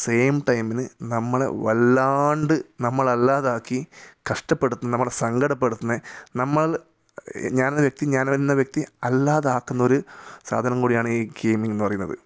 same ടൈമിന് നമ്മളെ വല്ലാണ്ട് നമ്മളല്ലാതാക്കി കഷ്ടപെടുത്തുന്ന നമ്മളെ സങ്കടപെടുത്തുന്ന നമ്മൾ ഞാൻ എന്ന വ്യക്തി ഞാനെന്ന വ്യക്തി അല്ലാതാക്കുന്നൊരു സാധനം കൂടിയാണ് ഈ ഗെയിമിങ്ങ് എന്ന് പറയുന്നത്